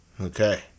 Okay